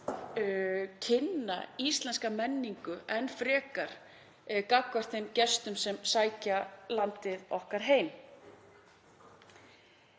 kynna íslenska menningu enn frekar fyrir þeim gestum sem sækja landið okkar heim.